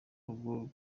rugo